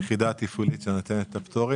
היחידה התפעולית שנותנת את הפטורים.